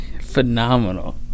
Phenomenal